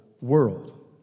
world